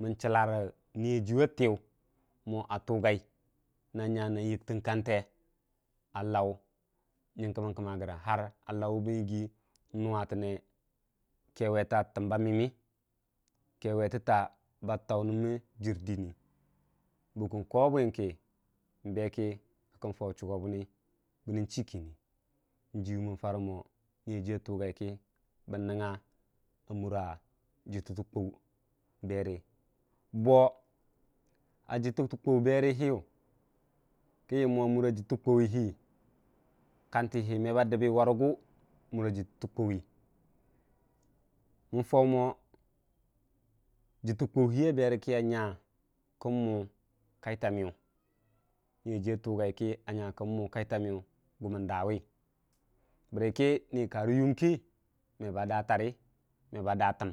mən chəllarə naya jiyu a təyʊ a tugai na nya nang yəktən kante alau nyənke mən kəmma rəgən wubən yigii nuwa tənne kewata təmba mə yəmi kewetəttə ba tau nən mə jər dəni bukkən kowobwing kə be jau chuugo bʊni bənən chii kinin njiwu mən garə mo niyajiwu a tugai kə bən nənnya mura jittə tə kwuu bera kaggə, bo jəttətə kwuu berə hənyu kən yəm mo a mura jəttə kwuu kantə me ba dəbbə warəgu jittə kwauu mən jau mo jətta kwauu aberə kə a nya kən mʊʊ kai ja məyʊn niyajiyu a tugai kə a nya kən mʊʊ kai ja məyu gumən dawi bərəkə nii karə yuum kə meba datarə me ba da təm